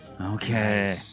Okay